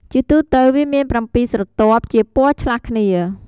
ជាទូទៅវាមានប្រាំពីរស្រទាប់ជាពណ៌ឆ្លាស់គ្នា។